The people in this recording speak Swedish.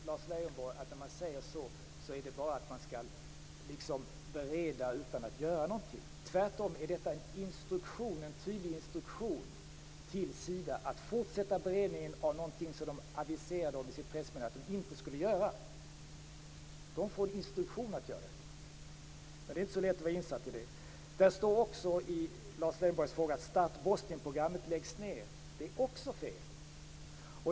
Lars Leijonborg tror att det innebär att man skall bereda frågan utan att göra någonting. Tvärtom är detta en tydlig instruktion till Sida om att fortsätta beredningen av en fråga som man i sitt pressmeddelande aviserade att man inte skulle bereda. De får en instruktion om att göra detta. Det är inte så lätt att vara insatt i det. Det står också i Lars Leijonborgs fråga att Start Bosnia-programmet läggs ned. Det är också fel.